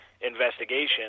investigation